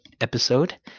episode